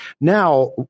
Now